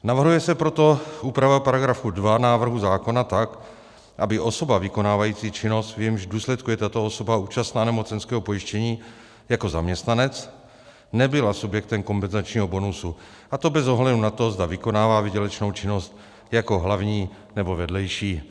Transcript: Navrhuje se proto úprava § 2 návrhu zákona tak, aby osoba vykonávající činnost, v jejímž důsledku je tato osoba účastna nemocenského pojištění jako zaměstnanec, nebyla subjektem kompenzačního bonusu, a to bez ohledu na to, zda vykonává výdělečnou činnost jako hlavní, nebo vedlejší.